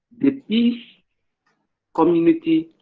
the peace community